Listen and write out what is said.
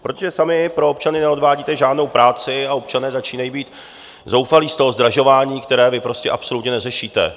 Protože sami pro občany neodvádíte žádnou práci a občané začínají být zoufalí z toho zdražování, které vy prostě absolutně neřešíte.